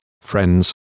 friends